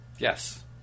yes